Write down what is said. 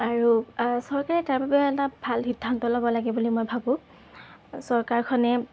আৰু চৰকাৰে তাৰ বাবে এটা ভাল সিদ্ধান্ত ল'ব লাগে বুলি মই ভাবোঁ চৰকাৰখনে